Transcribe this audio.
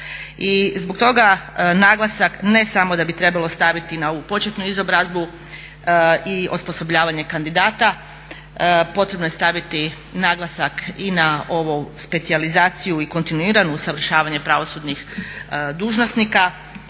zbog toga naglasak ne samo da bi trebalo staviti na ovu početnu izobrazbu i osposobljavanje kandidata, potrebno je staviti naglasak i na ovu specijalizaciju i kontinuirano usavršavanje pravosudnih dužnosnika.